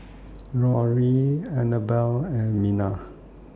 Rory Annabell and Minna